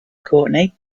courtney